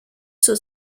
zur